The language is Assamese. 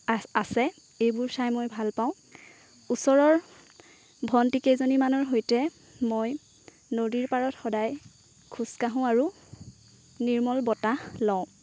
আছে এইবোৰ চাই মই ভাল পাওঁ ওচৰৰ ভণ্টিকেইজনীমানৰ সৈতে মই নদীৰ পাৰত সদায় খোজ কাঢ়ো আৰু নিৰ্মল বতাহ লওঁ